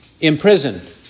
imprisoned